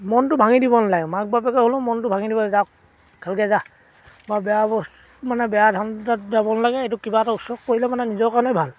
মনটো ভাঙি দিব নালাগে মাক বাপেকে হ'লেও মনটো ভাঙি দিব নালাগে যাওক খেলগৈ যা বা বেয়া বস্তু মানে বেয়া ধাণ্ডাত যাব নালাগে এইটো কিবা এটা উচ্চক কৰিলে মানে নিজৰ কাৰণে ভাল